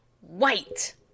white